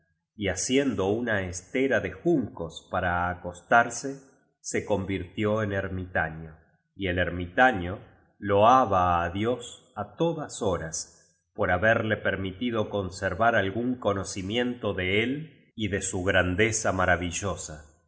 y t haciendo una estera de jun cos para acostarse se convirtió en ermitaño y el ermitaño loa ba á dios á todas horas por haberle permitido conservar al gún conocimiento de él y de su grandeza maravillosa